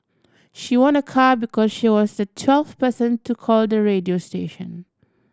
she won a car because she was the twelfth person to call the radio station